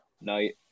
night